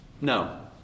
No